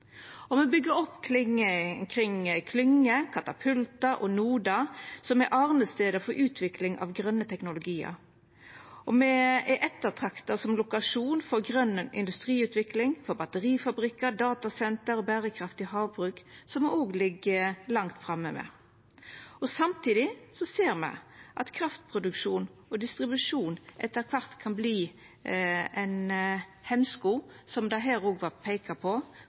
Me byggjer opp kring klynger, katapultar og nodar, som er arnestader for utvikling av grøne teknologiar. Me er ettertrakta som lokasjon for grøn industriutvikling, for batterifabrikkar, datasenter og berekraftig havbruk, der me òg ligg langt framme. Samtidig ser me at kraftproduksjon og distribusjon etter kvart kan verta ein hemsko, som det her òg vart peika på,